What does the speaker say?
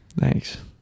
Thanks